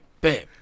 babe